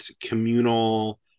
communal